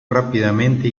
rápidamente